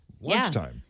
lunchtime